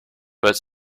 but